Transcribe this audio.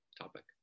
topic